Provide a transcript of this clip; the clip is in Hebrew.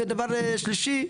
ודבר שלישי,